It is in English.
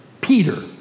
Peter